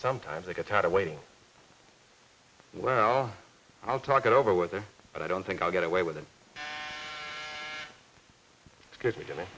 sometimes i get tired of waiting well i'll talk it over with her but i don't think i'll get away with it because we di